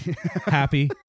Happy